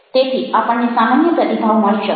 તેથી આપણને સામાન્ય પ્રતિભાવ મળી શકે